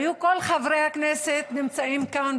היו כל חברי הכנסת נמצאים כאן,